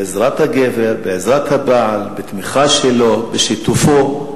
בעזרת הגבר, בעזרת הבעל, בתמיכה שלו ובשיתופו.